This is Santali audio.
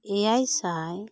ᱮᱭᱟᱭ ᱥᱟᱭ